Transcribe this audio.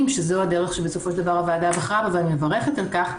שזו הדרך שבסופו של דבר הוועדה בחרה בה ואני מברכת על כך,